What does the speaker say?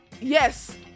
yes